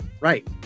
right